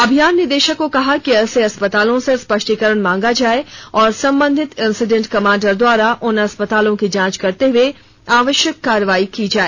अभियान निदेशक को कहा कि ऐसे अस्पतालों से स्पष्टीकरण मांगा जाए और संबंधित इंसीडेंट कमांडर द्वारा उन अस्पतालों की जांच करते हुए आवश्यक कार्रवाई की जाए